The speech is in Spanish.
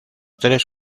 tres